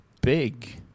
big